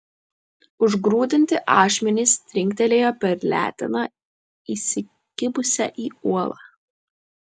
užgrūdinti ašmenys trinktelėjo per leteną įsikibusią į uolą